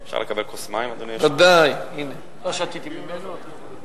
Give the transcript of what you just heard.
אני מודה על הנדיבות של חברי